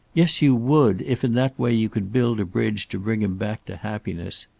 yes, you would, if in that way you could build a bridge to bring him back to happiness.